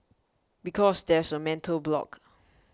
because there's a mental block